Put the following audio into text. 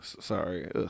sorry